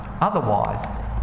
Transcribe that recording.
Otherwise